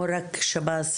או רק השב"ס?